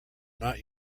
not